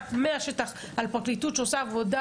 שומעת מהשטח על פרקליטות שעושה עבודה